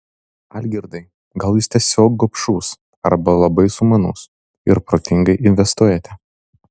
algirdai gal jūs tiesiog gobšus arba labai sumanus ir protingai investuojate